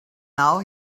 now